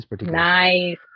nice